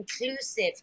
inclusive